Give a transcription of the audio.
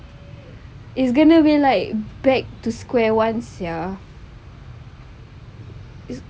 it's gonna be like back to square one sia it's